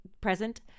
present